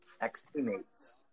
Ex-teammates